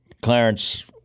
Clarence